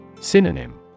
Synonym